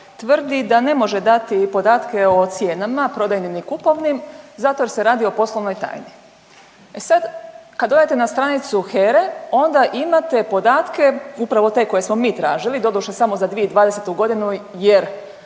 tvrdi da ne može dati podatke o cijenama, prodajnim ni kupovnim zato je se radi o poslovnoj tajni. E sad kad odete na stranicu HERA-e onda imate podatke upravo te koje smo mi tražili, doduše samo za 2020.g. jer